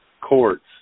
Courts